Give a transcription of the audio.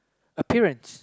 appearance